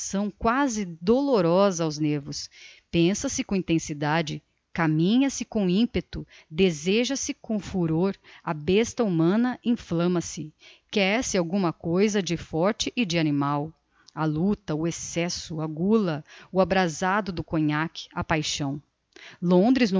vibração quasi dolorosa aos nervos pensa se com intensidade caminha se com impeto deseja se com furor a besta humana inflamma se quer-se alguma coisa de forte e de animal a lucta o excesso a gula o abrasado do cognac a paixão londres